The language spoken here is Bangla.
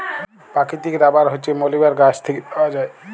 পাকিতিক রাবার হছে পলিমার গাহাচ থ্যাইকে পাউয়া যায়